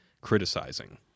criticizing